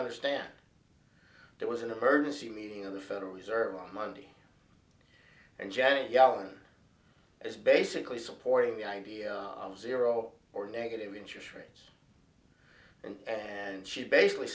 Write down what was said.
understand there was an emergency meeting of the federal reserve on monday and janet yellen is basically supporting the idea of zero or negative interest rates and and she's basically